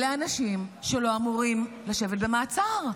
אלה אנשים שלא אמורים לשבת במעצר.